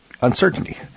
uncertainty